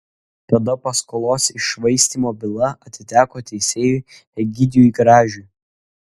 tada paskolos iššvaistymo byla atiteko teisėjui egidijui gražiui